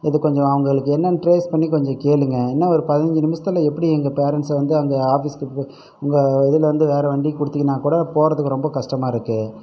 இது கொஞ்சம் அவங்களுக்கு என்னன்னு ட்ரேஸ் பண்ணி கொஞ்சம் கேளுங்க இன்னும் ஒரு பதினஞ்சு நிமிஷத்தில் எப்படி எங்கள் பேரன்ட்ஸ்ஸை வந்து அங்கே ஆஃபீசுக்கு உங்கள் இதுலேருந்து வேறே வண்டி கொடுத்தீங்கனா கூட போகிறதுக்கு ரொம்ப கஷ்டமாக இருக்குது